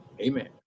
Amen